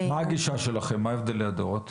מה הגישה שלכם, מה הבדלי הדעות?